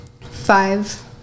five